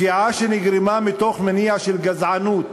פגיעה שנגרמה מתוך מניע של גזענות